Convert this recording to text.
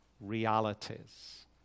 realities